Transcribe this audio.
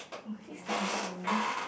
oh is he stuck inside the room